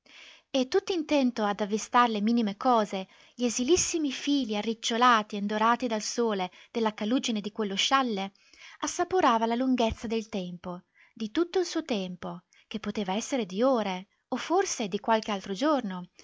protetto e tutt'intento ad avvistar le minime cose gli esilissimi fili arricciolati e indorati dal sole della calugine di quello scialle assaporava la lunghezza del tempo di tutto il suo tempo che poteva essere di ore o forse di qualche altro giorno